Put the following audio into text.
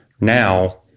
now